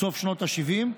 בסוף שנות השבעים,